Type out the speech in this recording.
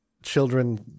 children